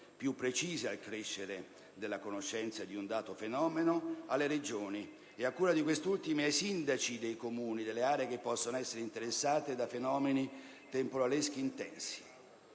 alle Regioni al crescere della conoscenza di un dato fenomeno e, a cura di queste ultime, ai sindaci dei Comuni delle aree che possono essere interessate da fenomeni temporaleschi intensi.